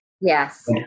Yes